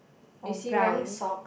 or gown